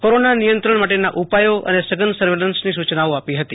corona નિયંત્રણ માટેના ઉપાયો અને સઘન સર્વેલન્સની સુચનાઓ આપી હતી